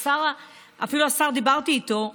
אפילו השר, דיברתי איתו.